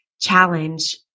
challenge